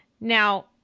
Now